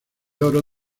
oro